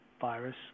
virus